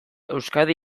euskadi